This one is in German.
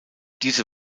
diese